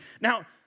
Now